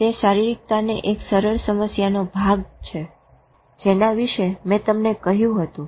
તે શારીરિકતાની એક સરળ સમસ્યાનો ભાગ છે જેના વિશે મેં તમને કહ્યું હતું